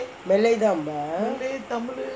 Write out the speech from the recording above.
malay தான் ரொம்ப:thaan romba